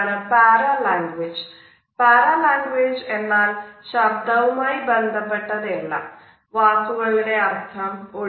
paralanguage എന്നാൽ ശബ്ദവുമായി ബന്ധപെട്ടതെല്ലാം വാക്കുകളുടെ അർഥം ഒഴിച്ച്